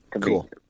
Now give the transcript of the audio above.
Cool